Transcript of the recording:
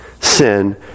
sin